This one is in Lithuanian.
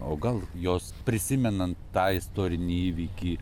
o gal jos prisimenant tą istorinį įvykį